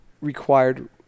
required